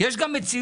יש גם מציאות,